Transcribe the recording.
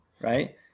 right